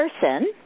person